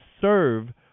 serve